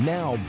Now